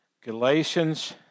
Galatians